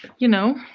you know,